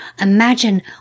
Imagine